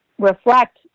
reflect